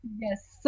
Yes